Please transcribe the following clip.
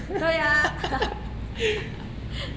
对啊